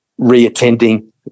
reattending